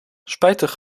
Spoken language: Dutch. spijtig